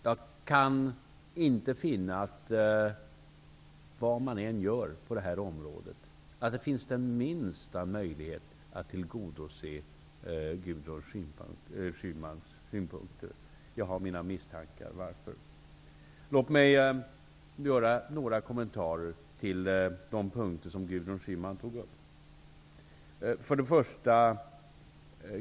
Jag kan inte finna att det finns den minsta möjlighet att tillgodose Gudrun Schymans synpunkter, vad man än gör på detta område. Jag har mina misstankar varför. Låt mig göra några kommentarer till de punkter som Gudrun Schyman tog upp.